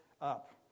up